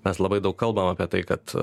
mes labai daug kalbam apie tai kad